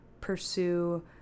pursue